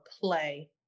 play